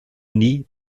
nie